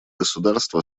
государство